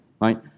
right